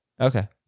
Okay